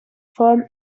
form